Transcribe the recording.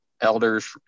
elders